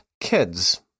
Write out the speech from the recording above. kids